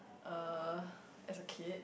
uh as a kid